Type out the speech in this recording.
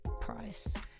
price